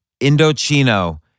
Indochino